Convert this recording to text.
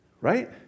Right